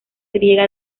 griega